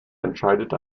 entscheidet